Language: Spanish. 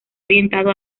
orientado